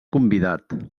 convidat